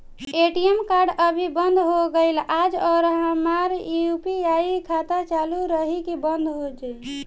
ATM card अभी बंद हो गईल आज और हमार यू.पी.आई खाता चालू रही की बन्द हो जाई?